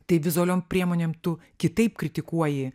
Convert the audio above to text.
tai vizualiom priemonėm tu kitaip kritikuoji